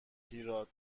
هیراد